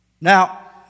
Now